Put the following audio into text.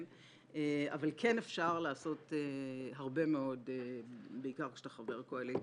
אבל כן אפשר לעשות הרבה מאוד בעיקר כשאתה חבר קואליציה.